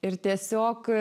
ir tiesiog